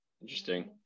Interesting